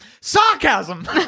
sarcasm